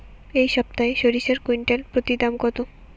এই সপ্তাহে সরিষার কুইন্টাল প্রতি দাম কত?